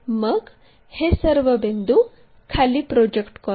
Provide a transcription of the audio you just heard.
मग हे सर्व बिंदू खाली प्रोजेक्ट करू